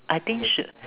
I think should